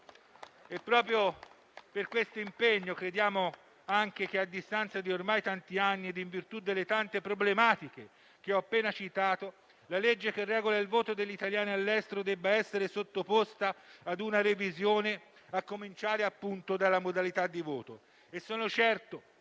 Proprio per questo impegno crediamo anche che, a distanza di ormai tanti anni e in virtù delle molteplici problematiche appena citate, la legge che regola il voto degli italiani all'estero debba essere sottoposta a una revisione, a cominciare proprio dalla modalità di voto